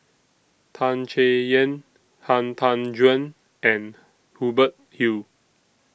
Tan Chay Yan Han Tan Juan and Hubert Hill